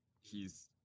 he's-